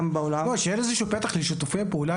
גם בעולם --- ואין איזה פתח לשיתופי פעולה